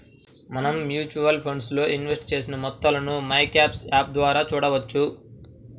మనం mutual funds లో invest చేసిన మొత్తాలను మైక్యామ్స్ యాప్ ద్వారా చూడవచ్చు